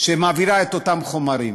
שמעבירה את אותם חומרים.